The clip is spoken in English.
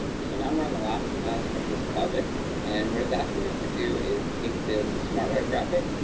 so now we're on the last task of this project and what it's asking us to do is take this smart art graphic,